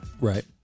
Right